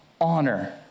honor